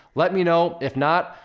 let me know. if not,